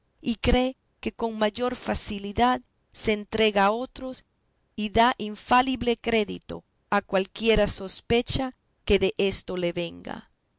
y cree que con mayor facilidad se entrega a otros y da infalible crédito a cualquiera sospecha que desto le venga